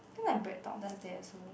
think like BreadTalk does that also